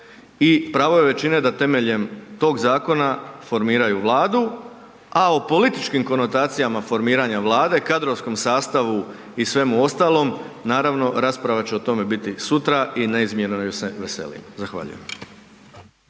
pravo je većine da temeljem tog zakona formiraju Vladu a o političkim konotacijama formiranja Vlade, kadrovskom sastavu i svemu ostalom, naravno, rasprava će o tome biti sutra i neizmjerno joj se veselim. Zahvaljujem.